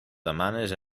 demanes